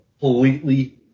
Completely